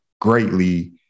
greatly